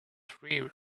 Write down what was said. free